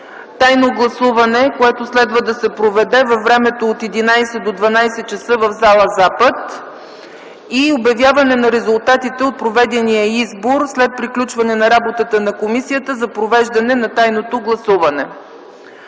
тайно гласуване, което следва да се проведе във времето от 11,00 ч. до 12,00 ч. в зала „Запад”, и обявяване на резултатите от проведения избор, след приключване на работата на Комисията за провеждане на тайното гласуване;